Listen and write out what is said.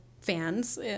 fans